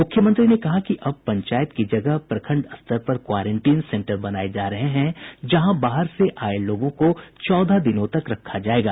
मुख्यमंत्री ने कहा कि अब पंचायत की जगह प्रखंड स्तर पर क्वारेंटीन सेंटर बनाये जा रहे हैं जहां बाहर से आये लोगों को चौदह दिनों तक रखा जायोग